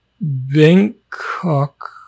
Bangkok